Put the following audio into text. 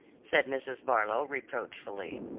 said mrs. barlow reproachfully.